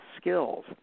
skills